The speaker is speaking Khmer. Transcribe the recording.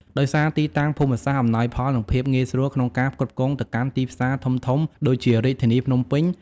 ដោយសារទីតាំងភូមិសាស្ត្រអំណោយផល និងភាពងាយស្រួលក្នុងការផ្គត់ផ្គង់ទៅកាន់ទីផ្សារធំៗដូចជារាជធានីភ្នំពេញ។